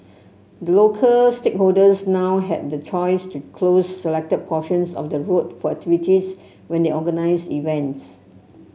the local stakeholders now have the choice to close selected portions of the road for activities when they organise events